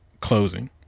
closing